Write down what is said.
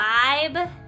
vibe